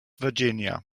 virginia